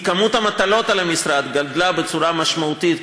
כי כמות המטלות על המשרד גדלה בצורה משמעותית,